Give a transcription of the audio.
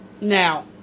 now